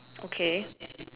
okay